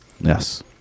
Yes